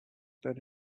then